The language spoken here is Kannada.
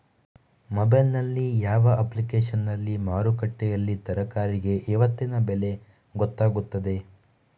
ಮೊಬೈಲ್ ನಲ್ಲಿ ಯಾವ ಅಪ್ಲಿಕೇಶನ್ನಲ್ಲಿ ಮಾರುಕಟ್ಟೆಯಲ್ಲಿ ತರಕಾರಿಗೆ ಇವತ್ತಿನ ಬೆಲೆ ಗೊತ್ತಾಗುತ್ತದೆ?